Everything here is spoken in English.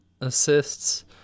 assists